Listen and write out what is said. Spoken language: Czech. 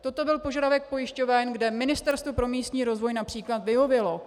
Toto byl požadavek pojišťoven, kde Ministerstvo pro místní rozvoj např. vyhovělo.